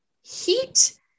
heat